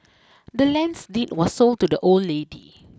the land's deed was sold to the old lady